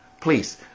Please